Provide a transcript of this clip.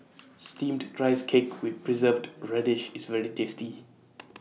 Steamed Rice Cake with Preserved Radish IS very tasty